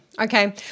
Okay